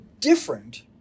different